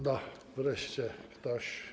No wreszcie ktoś.